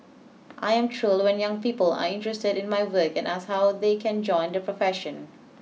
I am thrilled when young people are interested in my work and ask how they can join the profession